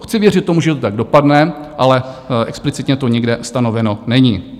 Chci věřit tomu, že to tak dopadne, ale explicitně to nikde stanoveno není.